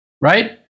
right